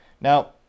Now